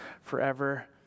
forever